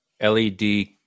led